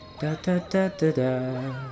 Da-da-da-da-da